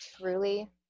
truly